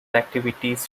activities